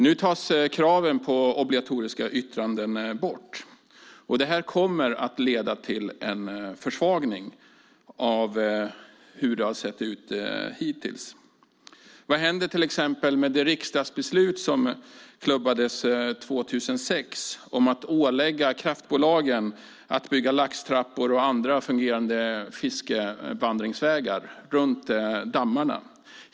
Nu tas kraven på obligatoriska yttranden bort, och det kommer att leda till en försvagning av det som hittills har gällt. Vad händer till exempel med det riksdagsbeslut som klubbades 2006 om att ålägga kraftbolagen att bygga laxtrappor och andra fungerande fiskevandringsvägar runt dammarna?